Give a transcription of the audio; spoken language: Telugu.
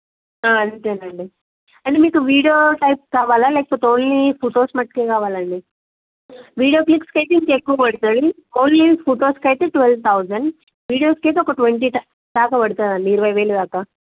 అంతేనండి అంటే మీకు వీడియో సైజ్ కావాలా లేకపోతే ఓన్లీ ఫొటోస్ మటుకే కావాలా అండి వీడియో పిక్స్ అయితే ఎక్కువ పడుతుంది ఓన్లీ ఫొటోస్కి అయితే ట్వేల్వ్ థౌజండ్ వీడియోస్కి అయితే ఒక ట్వంటీ థౌజండ్ దాకా పడుతుందండి ఇరవై వేలు దాకా